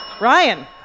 Ryan